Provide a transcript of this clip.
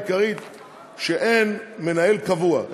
הבעיה העיקרית היא שאין מנהל קבוע,